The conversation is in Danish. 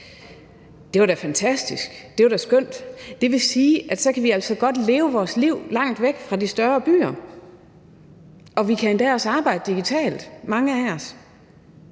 Det var da fantastisk, det var da skønt. Det vil sige, at vi altså godt kan leve vores liv langt væk fra de større byer, og mange af os kan endda også arbejde digitalt. Men det